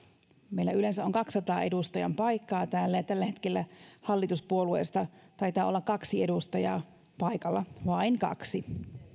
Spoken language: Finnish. meillä on kaksisataa edustajanpaikkaa täällä ja tällä hetkellä hallituspuolueista taitaa olla kaksi edustajaa paikalla vain kaksi